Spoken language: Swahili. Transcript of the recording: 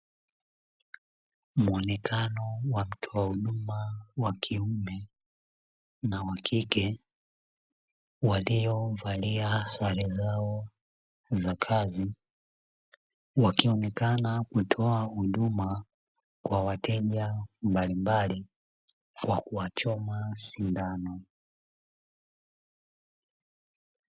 Muonekano wa mtoa huduma wakiume na wakike waliovalia sare zao za kazi, wakionekana kutoa huduma kwa wateja mbalimbali kwa kuwachoma sindano.